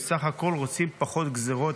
הם בסך הכול רוצים פחות גזרות.